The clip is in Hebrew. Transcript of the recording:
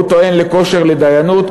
והוא טוען לכושר לדיינות.